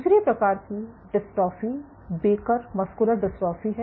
दूसरी प्रकार की डिस्ट्रॉफी बेकर मस्कुलर डिस्ट्रॉफी है